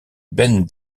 ben